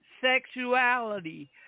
sexuality